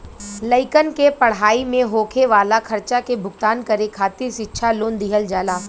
लइकन के पढ़ाई में होखे वाला खर्चा के भुगतान करे खातिर शिक्षा लोन दिहल जाला